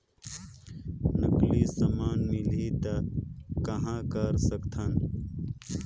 नकली समान मिलही त कहां कर सकथन?